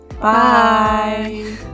Bye